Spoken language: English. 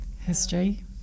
History